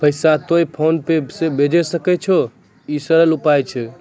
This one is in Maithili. पैसा तोय फोन पे से भैजै सकै छौ? ई सरल उपाय छै?